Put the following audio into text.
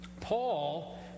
Paul